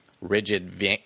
rigid